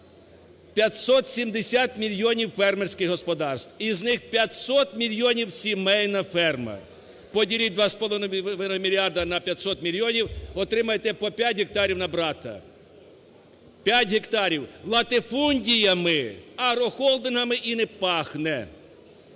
570 мільйонів фермерських господарств, із них 500 мільйонів - сімейна ферма. Поділіть 2,5 мільярда на 500 мільйонів, отримаєте по 5 гектарів на брата. 5 гектарів! Латифундіями, агрохолдингами і не пахне!